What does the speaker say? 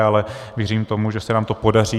Ale věřím tomu, že se nám to podaří.